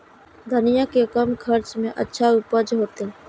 धनिया के कम खर्चा में अच्छा उपज होते?